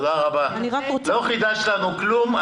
לא חידשת לנו כלום.